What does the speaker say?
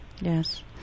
yes